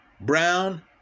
Brown